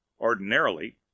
Ordinarily